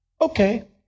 Okay